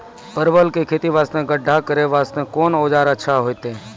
परवल के खेती वास्ते गड्ढा करे वास्ते कोंन औजार अच्छा होइतै?